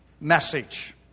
message